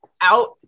out